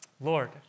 Lord